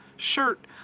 shirt